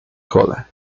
cola